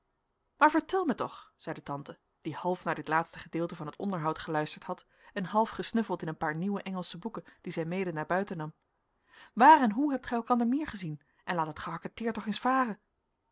maar vertel mij toch zeide tante die half naar dit laatste gedeelte van het onderhoud geluisterd had en half gesnuffeld in een paar nieuwe engelsche boeken die zij mede naar buiten nam waar en hoe hebt gij elkander meer gezien en laat dat gehakketeer toch eens varen